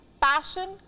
passion